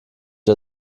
das